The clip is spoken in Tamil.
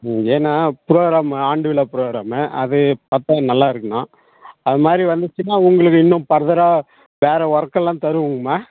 ம் ஏன்னா ப்ரோக்ராமு ஆண்டு விழா ப்ரோக்ராமு அதை பார்த்தா நல்லா இருக்கணும் அது மாதிரி வந்துச்சுன்னா உங்களுக்கு இன்னும் ஃபர்தராக வேறு ஒர்க்கெல்லாம் தருவோம்ங்கம்மா